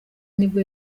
nibwo